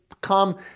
come